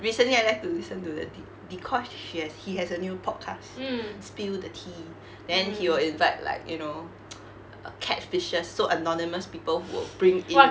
recently I listen to the dee dee-kosh she has he has a new podcast spill the tea then he will invite like you know err catfishes so anonymous people who will bring in